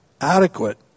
adequate